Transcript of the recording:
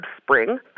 Spring